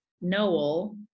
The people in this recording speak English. noel